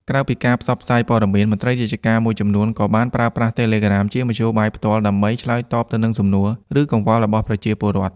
ក្រៅពីការផ្សព្វផ្សាយព័ត៌មាន មន្ត្រីរាជការមួយចំនួនក៏បានប្រើប្រាស់ Telegram ជាមធ្យោបាយផ្ទាល់ដើម្បី ឆ្លើយតបទៅនឹងសំណួរ ឬកង្វល់របស់ប្រជាពលរដ្ឋ។